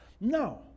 Now